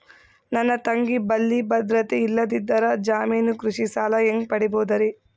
ನನ್ನ ತಂಗಿ ಬಲ್ಲಿ ಭದ್ರತೆ ಇಲ್ಲದಿದ್ದರ, ಜಾಮೀನು ಕೃಷಿ ಸಾಲ ಹೆಂಗ ಪಡಿಬೋದರಿ?